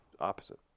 opposite